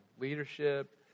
Leadership